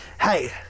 Hey